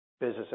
business